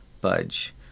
budge